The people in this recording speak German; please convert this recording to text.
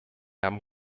haben